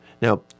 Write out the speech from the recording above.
Now